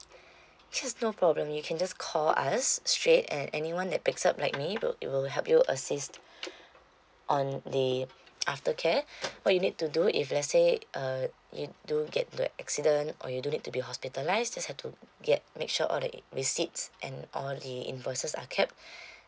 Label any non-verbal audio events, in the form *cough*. *breath* yes no problem you can just call us straight and anyone that picks up like me will it will help you assist *breath* on the after care *breath* what you need to do if let's say uh you do get into a accident or you do need to be hospitalised just have to get make sure all the receipts and all the invoices are kept *breath*